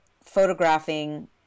photographing